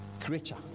creature